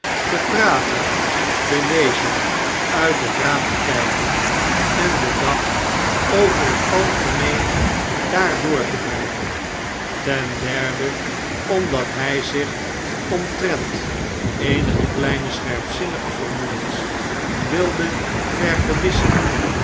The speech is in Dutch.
te praten te lezen uit het raam te kijken en den dag over het algemeen daar doortebrengen ten derde omdat hij zich omtrent eenige kleine scherpzinnige vermoedens wilde